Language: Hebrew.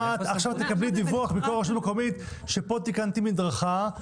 עכשיו את תקבלי דיווח בתור רשות מקומית שפה תיקנתי מדרכה,